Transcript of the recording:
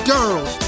Girls